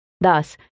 Thus